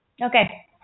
Okay